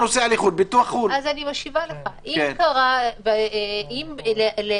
דחוף כי אם הוא